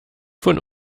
von